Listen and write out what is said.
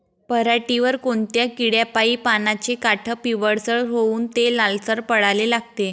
पऱ्हाटीवर कोनत्या किड्यापाई पानाचे काठं पिवळसर होऊन ते लालसर पडाले लागते?